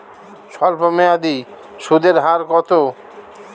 স্বল্পমেয়াদী সুদের হার কত?